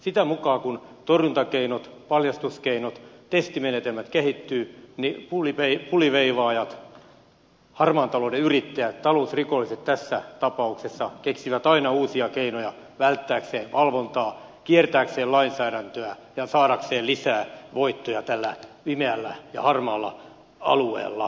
sitä mukaa kuin torjuntakeinot paljastuskeinot testimenetelmät kehittyvät niin puliveivaajat harmaan talouden yrittäjät talousrikolliset tässä tapauksessa keksivät aina uusia keinoja välttääkseen valvontaa kiertääkseen lainsäädäntöä ja saadakseen lisää voittoja tällä pimeällä ja harmaalla alueella